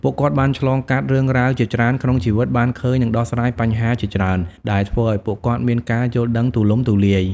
ពួកគាត់បានឆ្លងកាត់រឿងរ៉ាវជាច្រើនក្នុងជីវិត បានឃើញ និងដោះស្រាយបញ្ហាជាច្រើន ដែលធ្វើឲ្យពួកគាត់មានការយល់ដឹងទូលំទូលាយ។